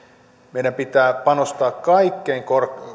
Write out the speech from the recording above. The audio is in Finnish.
meidän pitää panostaa kaikkein